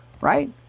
right